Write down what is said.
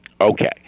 Okay